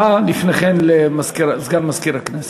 לפני כן, הודעה לסגן מזכירת הכנסת.